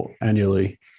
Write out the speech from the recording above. annually